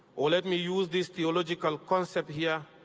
ah let me use this theological concept here,